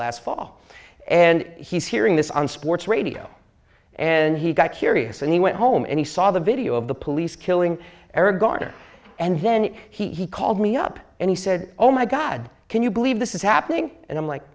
last fall and he's hearing this on sports radio and he got curious and he went home and he saw the video of the police killing eric garner and then he called me up and he said oh my god can you believe this is happening and i'm like